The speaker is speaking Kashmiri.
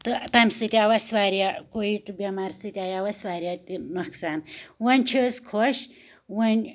تہٕ تَمہِ سۭتۍ آو اسہِ واریاہ کوٚوِڈ بیٚمارِ سۭتۍ آیاو اسہِ واریاہ تہِ نۄقصان وۄنۍ چھِ أسۍ خۄش وۄنۍ